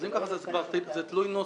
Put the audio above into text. אז אם כך, זה תלוי נוסח.